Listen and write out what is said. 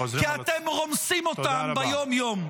כי אתם רומסים אותם ביום-יום.